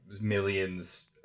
millions